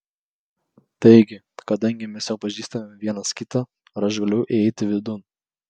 taigi kadangi mes jau pažįstame vienas kitą ar aš galiu įeiti vidun